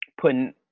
putting